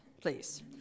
please